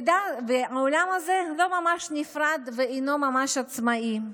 והעולם הזה לא ממש נפרד ואינו עצמאי ממש.